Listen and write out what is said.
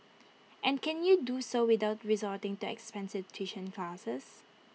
and can they do so without resorting to expensive tuition classes